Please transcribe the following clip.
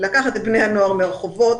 לקחת את בני הנוער מהרחובות,